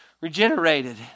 regenerated